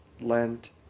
Lent